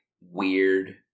weird